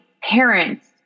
parents